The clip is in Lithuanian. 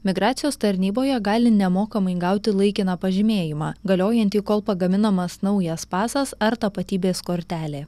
migracijos tarnyboje gali nemokamai gauti laikiną pažymėjimą galiojantį kol pagaminamas naujas pasas ar tapatybės kortelė